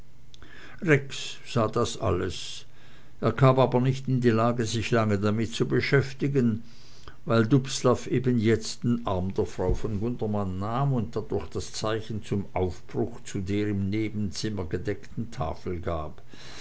das alles er kam aber nicht in die lage sich lange damit zu beschäftigen weil dubslav eben jetzt den arm der frau von gundermann nahm und dadurch das zeichen zum aufbruch zu der im nebenzimmer gedeckten tafel gab